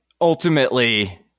ultimately